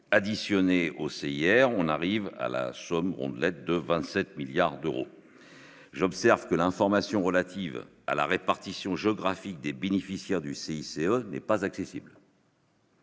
d'euros, hier, on arrive à la somme rondelette de 27 milliards d'euros, j'observe que l'information relative à la répartition géographique des bénéficiaires du CICE n'est pas accessible.